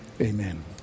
Amen